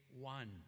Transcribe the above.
one